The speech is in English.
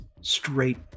straight